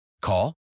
Call